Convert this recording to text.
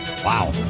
Wow